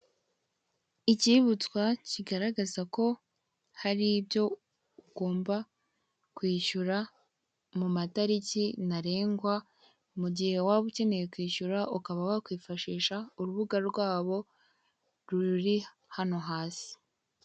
Icyibutswa kigaragaza ko hari ibyo ugomba kwishyura mu matariki ntarengwa, mu gihe waba ukeneye kwishyura ukaba wakwifashisha urubuga rwabo ruri hano hasi.